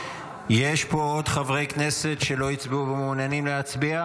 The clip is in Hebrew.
יש פה עוד חברי כנסת שלא הצביעו ומעוניינים להצביע?